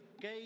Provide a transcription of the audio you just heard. Gay